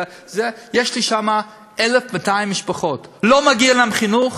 יש לי שם 1,200 משפחות, לא מגיע להן חינוך?